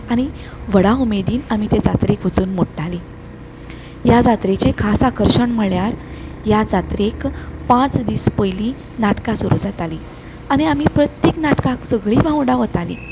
आनी व्हडा उमेदीन आमी ते जात्रेक वचून मोडटाली ह्या जात्रेचें खास आकर्शण म्हणल्यार ह्या जात्रेक पांच दीस पयलीं नाटकां सुरू जातालीं आनी आमी प्रत्येक नाटकाक सगळीं भावंडा वतालीं